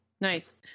Nice